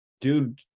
dude